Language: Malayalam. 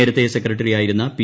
നേരത്തെ സെക്രട്ടറിയായിരുന്ന പി